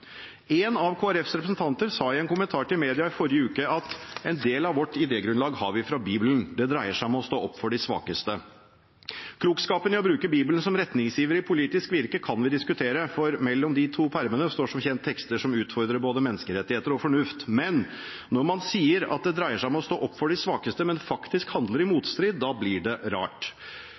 en kommentar til media i forrige uke: «En del av vårt idegrunnlag har vi fra bibelen. Det dreier seg om å stå opp for de svakeste». Klokskapen i å bruke Bibelen som retningsgiver i politisk virke kan vi diskutere, for mellom de to permene står som kjent tekster som utfordrer både menneskerettigheter og fornuft. Men når man sier at det dreier seg om å stå opp for de svakeste, men faktisk handler i motstrid til det, blir det rart.